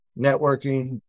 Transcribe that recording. networking